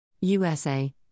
USA